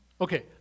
Okay